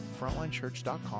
frontlinechurch.com